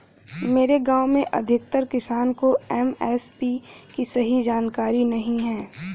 मेरे गांव में अधिकतर किसान को एम.एस.पी की सही जानकारी नहीं है